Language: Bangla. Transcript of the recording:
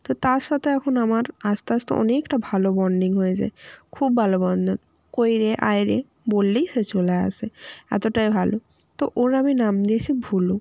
তো তার সাথে এখন আমার আস্তে আস্তে অনেকটা ভালো বন্ডিং হয়ে যায় খুব ভালো বন্ধন কই রে আয় রে বললেই সে চলে আসে এতোটাই ভালো তো ওর আমি নাম দিয়েছি ভুলু